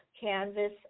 Canvas